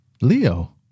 Leo